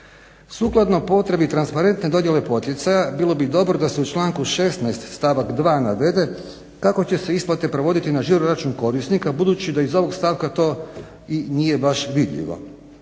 Sukladno potrebi transparentne dodjele poticaja bilo bi dobro da se u članku 16. stavak 2. navede kako će se isplate provoditi na žiroračun korisnika budući da iz ovog stavka to i nije baš vidljivo.